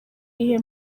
iyihe